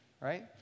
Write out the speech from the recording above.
right